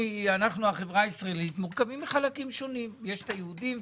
החברה הישראלית מורכבים מחלקים שונים: יש את היהודים,